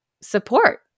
support